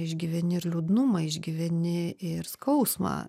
išgyveni ir liūdnumą išgyveni ir skausmą